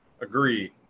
Agreed